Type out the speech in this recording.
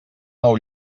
nou